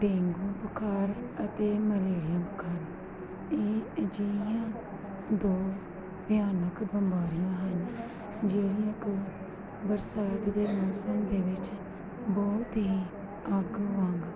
dengue ਬੁਖਾਰ ਅਤੇ malaria ਬੁਖਾਰ ਇਹ ਅਜਿਹੀਆਂ ਦੋ ਭਿਆਨਕ ਬਿਮਾਰੀਆਂ ਹਨ ਜਿਹੜੀਆਂ ਕਿ ਬਰਸਾਤ ਦੇ ਮੌਸਮ ਦੇ ਵਿੱਚ ਬਹੁਤ ਹੀ ਅੱਗ ਵਾਂਗ